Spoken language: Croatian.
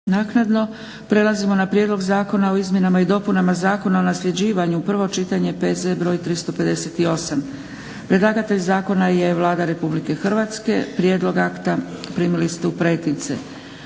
(SDP)** Prelazimo na - Prijedlog zakona o izmjenama i dopunama Zakona o nasljeđivanju, prvo čitanje, PZ br. 358 Predlagatelj zakona je Vlada Republike Hrvatske. Prijedlog akta primili ste u pretince.